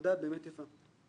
עבודה באמת יפה.